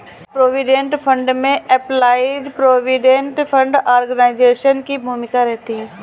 provident fund में employees provident fund organisation की भूमिका रहती है